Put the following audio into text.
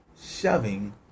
shoving